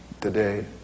today